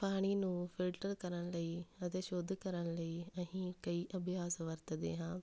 ਪਾਣੀ ਨੂੰ ਫਿਲਟਰ ਕਰਨ ਲਈ ਅਤੇ ਸ਼ੁੱਧ ਕਰਨ ਲਈ ਅਸੀਂ ਕਈ ਅਭਿਆਸ ਵਰਤਦੇ ਹਾਂ